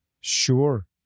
Sure